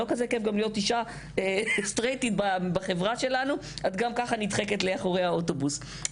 גם כאישה סטרייטית בחברה שלנו נדחקים לאחורי האוטובוס.